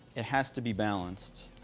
it has to be balanced.